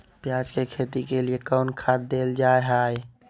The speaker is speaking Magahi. प्याज के खेती के लिए कौन खाद देल जा हाय?